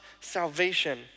salvation